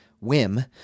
whim